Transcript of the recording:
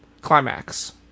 Climax